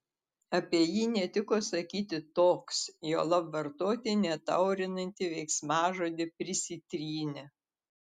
apie jį netiko sakyti toks juolab vartoti netaurinantį veiksmažodį prisitrynė